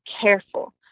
careful